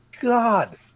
God